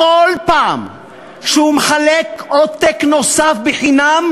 בכל פעם שהוא מחלק עותק נוסף בחינם,